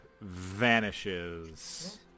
vanishes